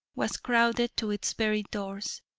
was crowded to its very doors,